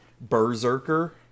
Berserker